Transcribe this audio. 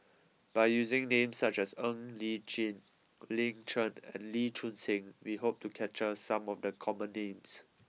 by using names such as Ong Li Chin Lin Chen and Lee Choon Seng we hope to capture some of the common names